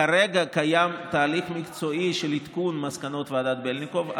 כרגע קיים תהליך מקצועי של עדכון מסקנות ועדת בלניקוב,